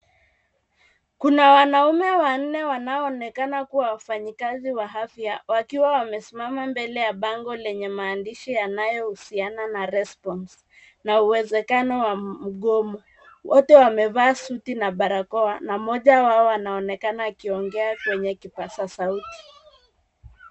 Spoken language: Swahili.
Kuna wanaume wanne wanao onekana kuwa wafanyikazi wa afya, Wakiwa wamesimama mbele ya bango lenye maandishi yanayohusiana na response ,na uwezekano wa mgomo. Wote wamevaa suti na barakoa na mmoja wao anaonekana akiongea kwenye kipaza sauti.